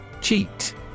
Cheat